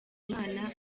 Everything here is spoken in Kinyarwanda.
umwana